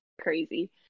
crazy